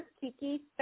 Kiki